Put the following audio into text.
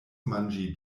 manĝi